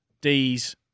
D's